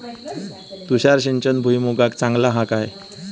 तुषार सिंचन भुईमुगाक चांगला हा काय?